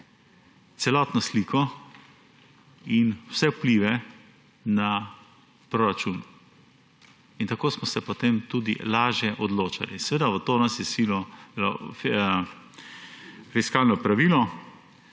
celotno sliko in vse vplive na proračun. Tako smo se potem tudi lažje odločali. Seveda, v to nas je sililo fiskalno pravilo,